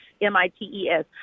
M-I-T-E-S